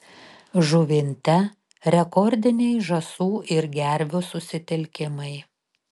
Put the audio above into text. žuvinte rekordiniai žąsų ir gervių susitelkimai